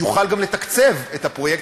יוכל גם לתקצב את הפרויקט,